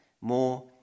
More